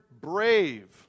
brave